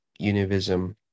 univism